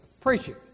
preaching